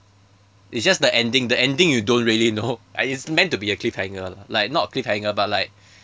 it's just the ending the ending you don't really know it's meant to be a cliffhanger lah like not a cliffhanger but like